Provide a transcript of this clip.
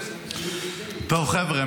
חבר'ה,